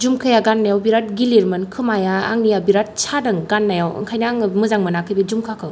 झुमकाया गाननायाव बिरात गिलिरमोन खोमाया आंनिया बिरात सादों गाननायाव ओंखायनो आङो मोजां मोनाखै बे झुमकाखौ